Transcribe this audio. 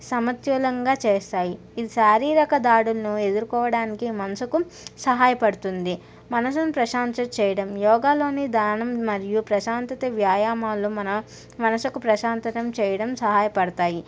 సమత్యులంగా చేస్తాయి ఈ శారీరక దాడుల్ను ఎదుర్కోవడానికి మనసుకు సహాయపడుతుంది మనసును ప్రశాంతత చేయడం యోగాలోని దానం మరియు ప్రశాంతత వ్యాయామాలు మన మనసుకు ప్రశాంతత చేయడం సహాయపడతాయి